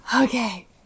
Okay